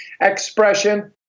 expression